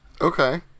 Okay